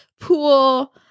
pool